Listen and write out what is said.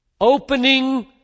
opening